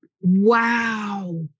Wow